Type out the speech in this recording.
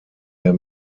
der